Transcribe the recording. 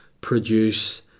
produce